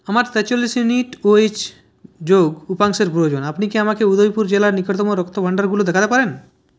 আমার তেচল্লিশ unit O H যোগ উপাংশের প্রয়োজন আপনি কি আমাকে উদয়পুর জেলার নিকটতম রক্তভাণ্ডারগুলো দেখাতে পারেন